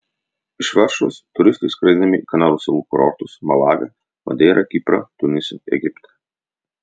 iš varšuvos turistai skraidinami į kanarų salų kurortus malagą madeirą kiprą tunisą egiptą